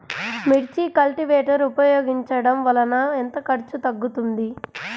మిర్చి కల్టీవేటర్ ఉపయోగించటం వలన ఎంత ఖర్చు తగ్గుతుంది?